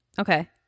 Okay